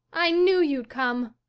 i knew you'd come!